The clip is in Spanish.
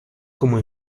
como